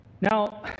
Now